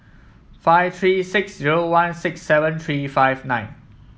five three six zero one six seven three five nine